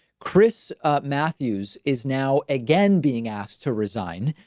chris matthews is now again, being asked to resign,